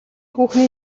хүүхний